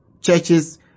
churches